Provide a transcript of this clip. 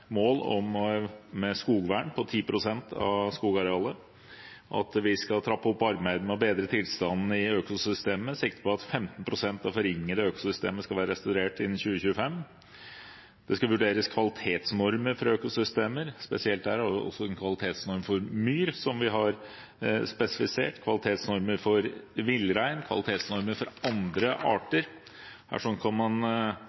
mål om skogvern på 10 pst. av skogarealet, og det at vi skal trappe opp arbeidet med å bedre tilstanden i økosystemet med sikte på at 15 pst. av de forringede økosystemene skal være restaurert innen 2025. Det skal vurderes kvalitetsnormer for økosystemer – spesielt en kvalitetsnorm for myr som vi har spesifisert – kvalitetsnormer for villrein, kvalitetsnormer for andre